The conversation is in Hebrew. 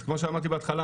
אז כמו שאמרתי בהתחלה,